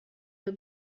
you